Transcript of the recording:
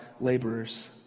laborers